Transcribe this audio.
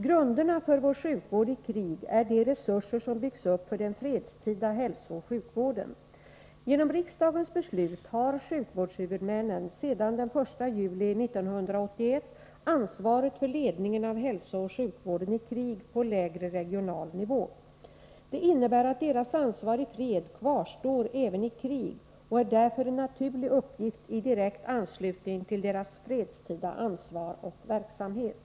Grunderna för vår sjukvård i krig är de resurser som byggs upp för den fredstida hälsooch sjukvården. Genom riksdagens beslut har sjukvårdshuvudmännen sedan den 1 juli 1981 ansvaret för ledningen av hälsooch sjukvården i krig på lägre regional nivå. Det innebär att deras ansvar i fred kvarstår även i krig och därför är en naturlig uppgift i direkt anslutning till deras fredstida ansvar och verksamhet.